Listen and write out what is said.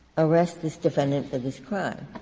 arrest this defendant for this crime,